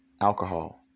Alcohol